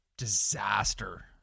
disaster